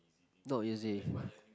not easy